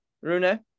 Rune